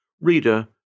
Reader